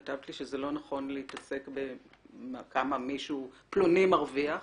כתבת לי שזה לא נכון להתעסק בכמה פלוני מרוויח.